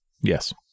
Yes